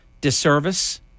disservice